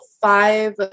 five